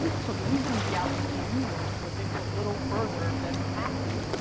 so the reason reality tv worked was it was a little further than acting.